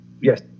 Yes